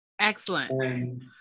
Excellent